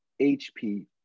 HP